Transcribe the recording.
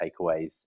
takeaways